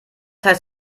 heißt